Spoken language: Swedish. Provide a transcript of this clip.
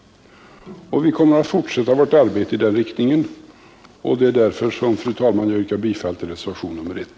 Vi kommer att fortsätta vårt arbete i den riktningen. Det är därför, fru talman, som jag yrkar bifall till reservationen 1.